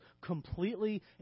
completely